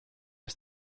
ist